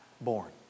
Born